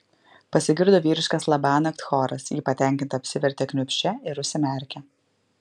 pasigirdo vyriškas labanakt choras ji patenkinta apsivertė kniūbsčia ir užsimerkė